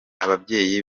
ababyeyi